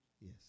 Yes